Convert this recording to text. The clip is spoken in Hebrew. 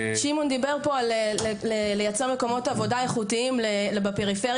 שמעון דיבר פה על לייצר מקומות עבודה איכותיים בפריפריה,